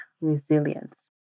resilience